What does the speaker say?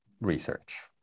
research